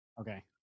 Okay